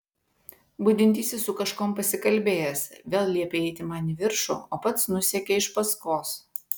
budintysis su kažkuom pasikalbėjęs vėl liepė eiti man į viršų o pats nusekė iš paskos